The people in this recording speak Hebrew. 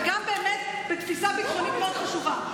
וגם באמת בתפיסה ביטחונית מאוד חשובה.